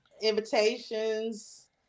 invitations